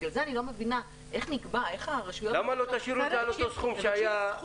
לכן אני לא מבינה איך הרשויות מבקשות סכום